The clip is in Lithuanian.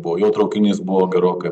buvo jau traukinys buvo gerokai